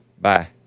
Bye